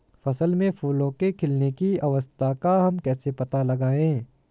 फसल में फूलों के खिलने की अवस्था का हम कैसे पता लगाएं?